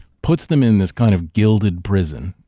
puts them in this kind of gilded prison.